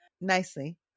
nicely